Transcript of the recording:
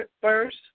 First